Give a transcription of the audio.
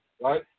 right